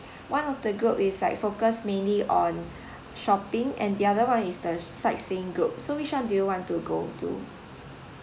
one of the group is like focus mainly on shopping and the other [one] is the sightseeing group so which [one] do you want to go to